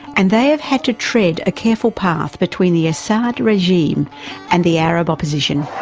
and they have had to tread a careful path between the assad regime and the arab opposition.